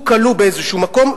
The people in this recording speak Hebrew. הוא כלוא באיזשהו מקום,